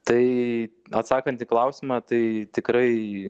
tai atsakant į klausimą tai tikrai